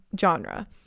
genre